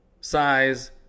size